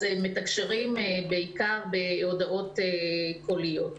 כמו הערבים, אז מתקשרים בעיקר בהודעות קוליות.